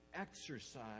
exercise